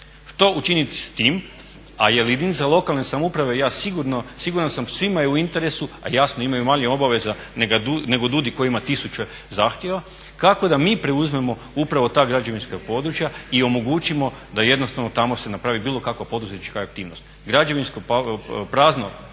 Što učiniti s tim, a je li jedinica lokalne samouprave i ja siguran sam svima je u interesu, a jasno imaju manje obaveze nego DUUDI koji ima tisuće zahtjeva, kako da mi preuzmemo upravo ta građevinska područja i omogućimo da jednostavno tamo se napravi bilo kakva poduzetnička aktivnost.